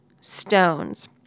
stones